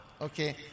Okay